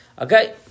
Okay